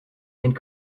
and